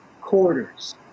quarters